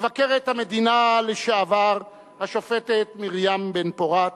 מבקרת המדינה לשעבר השופטת מרים בן-פורת,